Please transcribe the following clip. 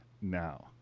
now